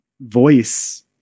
voice